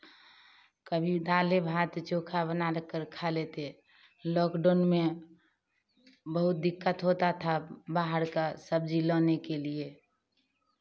कभी दाले भात चोखा बना कर खा लेते लॉकडाउन में बहुत दिक्कत होता था बाहर का सब्जी लाने के लिए